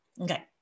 Okay